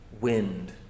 wind